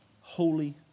holy